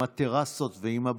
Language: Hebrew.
עם הטרסות,